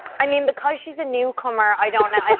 i mean, because she's a newcomer, i don't know.